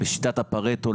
בשיטת פארטו,